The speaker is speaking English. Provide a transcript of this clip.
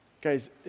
Guys